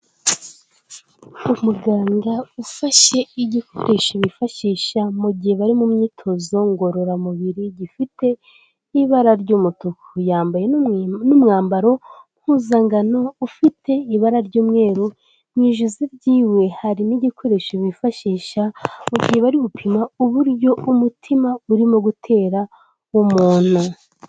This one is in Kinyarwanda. Umuganda ufashe igikoresho bifashisha mu gihe bari mu myitozo ngororamubiri gifite ibara ry'umutuku. Yambaye n'umwambaro mpuzankano ufite ibara ry'umweru, mu ijosi ryiwe harimo igikoresho bifashisha mu gihe bari gupima uburyo umutima urimo gutera w'umuntu.